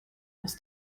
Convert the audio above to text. aus